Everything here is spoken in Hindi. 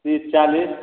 तीस चालीस